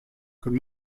good